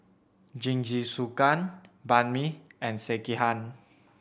Jingisukan Banh Mi and Sekihan